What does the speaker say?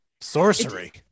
Sorcery